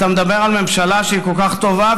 אתה מדבר על ממשלה שהיא כל כך טובה,